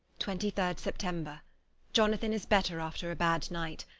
twenty three september jonathan is better after a bad night.